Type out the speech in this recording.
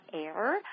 air